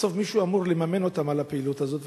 בסוף מישהו אמור לממן אותן בעבור הפעילות הזאת,